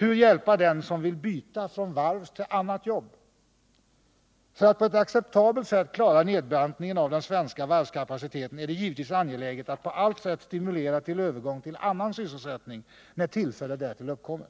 Jag vill också ta upp frågan hur man skall kunna hjälpa den som vill övergå från varvsarbete till annat jobb. För att på ett acceptabelt sätt klara nedbantningen av den svenska varvskapaciteten är det givetvis angeläget att på allt sätt stimulera till övergång till annan sysselsättning, när tillfälle därtill uppkommer.